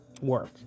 work